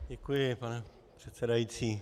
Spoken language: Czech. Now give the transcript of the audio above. Děkuji, pane předsedající.